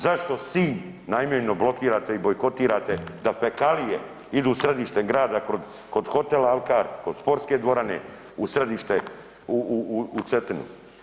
Zašto Sinj namjerno blokirate i bojkotirate da fekalije idu u središte grada kod Hotela Alkar, kod sportske dvorane, u središte u Cetinu?